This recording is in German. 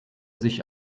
sich